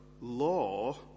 law